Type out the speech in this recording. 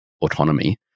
autonomy